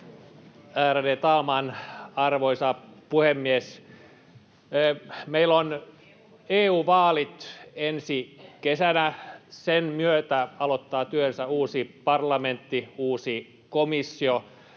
Ärade talman, arvoisa puhemies! Meillä on EU-vaalit ensi kesänä. Sen myötä aloittaa työnsä uusi parlamentti, uusi komissio.